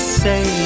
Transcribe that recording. say